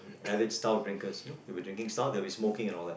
adept stout drinkers you know they will be drinking stout they'll be smoking and all that